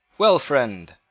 well, friend,